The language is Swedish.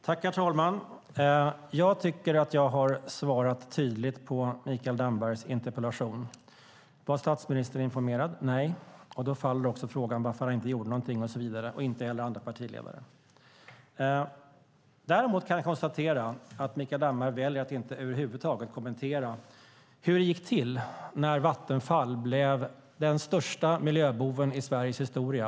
Herr talman! Jag tycker att jag har svarat tydligt på Mikael Dambergs interpellation. Var statsministern informerad? Nej. Då faller frågan varför han inte gjorde någonting, och inte heller de andra partiledarna. Jag kan konstatera att Mikael Damberg väljer att över huvud taget inte kommentera hur det gick till när Vattenfall blev den största miljöboven i Sveriges historia.